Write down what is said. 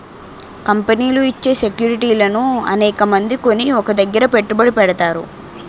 కంపెనీలు ఇచ్చే సెక్యూరిటీలను అనేకమంది కొని ఒక దగ్గర పెట్టుబడి పెడతారు